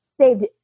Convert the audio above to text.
saved